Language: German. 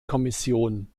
kommission